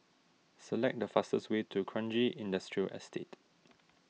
select the fastest way to Kranji Industrial Estate